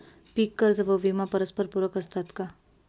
पीक कर्ज व विमा परस्परपूरक असतात का?